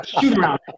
shoot-around